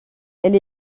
elle